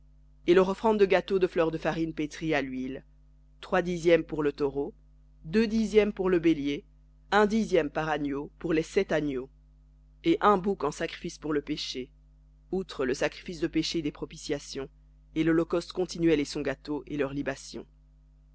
et leur offrande de gâteau de fleur de farine pétrie à l'huile trois dixièmes pour le taureau deux dixièmes pour le bélier un dixième par agneau pour les sept agneaux et un bouc en sacrifice pour le péché outre le sacrifice de péché des propitiations et l'holocauste continuel et son gâteau et leurs libations